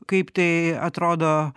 kaip tai atrodo